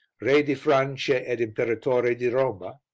re di francia ed imperatore di roma,